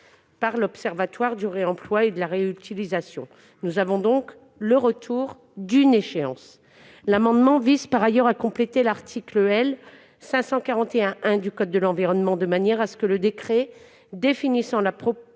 par l'observatoire du réemploi et de la réutilisation. C'est le retour d'une échéance ... Cet amendement visait par ailleurs à compléter l'article L. 541-1 du code de l'environnement, afin que le décret définissant la proportion